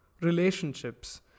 relationships